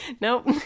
Nope